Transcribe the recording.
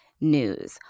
News